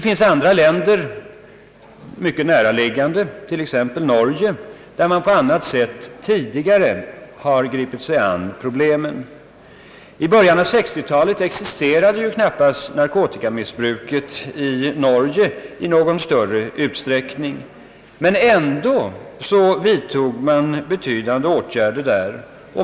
I andra, mycket näraliggande länder, t.ex. Norge, har man på annat sätt tidigare gripit sig an problemen, I början av 1960-talet existerade knappast narkotikamissbruket i Norge i någon större utsträckning, men ändå vidtogs där betydande åtgärder.